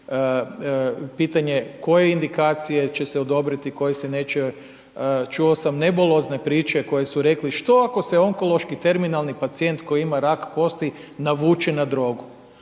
pitanje koje indikacije će se odobriti, koje se neće, čuo sam nebulozne priče koje su rekli, što ako se onkološki terminalni pacijent koji ima rak kosti navuče na drogu.